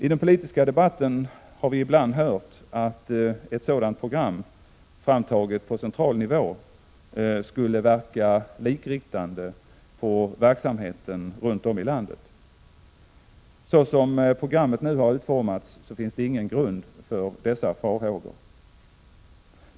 I den politiska debatten har vi ibland hört att ett sådant program, framställt på central nivå, skulle verka likriktande på verksamheten runt om i landet. Så som programmet nu har utformats finns det ingen grund för dessa farhågor.